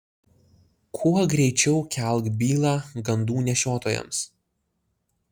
kuo greičiau kelk bylą gandų nešiotojams